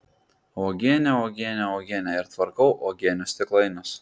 uogienė uogienė uogienė ir tvarkau uogienių stiklainius